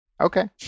Okay